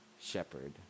shepherd